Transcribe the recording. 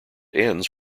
ends